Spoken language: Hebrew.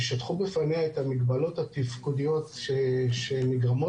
ושטחו בפניה את המגבלות התפקודיות שנגרמות